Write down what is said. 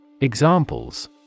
Examples